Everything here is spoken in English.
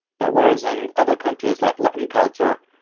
but whereas in other countries like latin culture,